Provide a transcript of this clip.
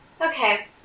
Okay